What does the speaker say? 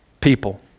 people